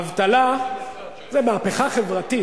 זה מהפכה חברתית,